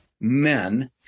men